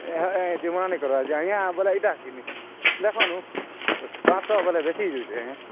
ଇହ demand ନାଇଁ କର ଯେ ଆଜ୍ଞା ବୋଲେ ଏଇଟା କିନି ହେଖନୁ ପାଞ୍ଚଶହ ବୋଲେ ବେଶୀ ହେଇ ଯାଉଛି କି ଆଜ୍ଞା